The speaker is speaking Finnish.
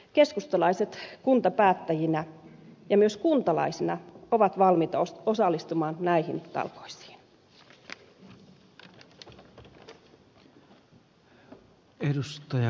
keskustalaiset kuntapäättäjinä ja myös kuntalaisina ovat valmiita osallistumaan näihin talkoisiin